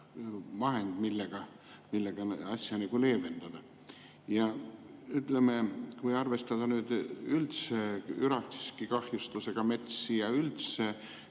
vahend, millega asja leevendada. Ütleme, kui arvestada nüüd üraskikahjustusega metsi ja ka